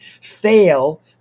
Fail